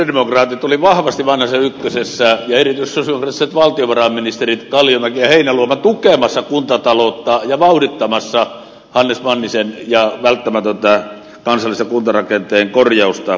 sosialidemokraatit olivat vahvasti vanhasen ykkösessä ja erityisesti sosialidemokraattiset valtiovarainministerit kalliomäki ja heinäluoma tukemassa kuntataloutta ja vauhdittamassa hannes mannisen välttämätöntä kansallisen kuntarakenteen korjausta ja kehittämistä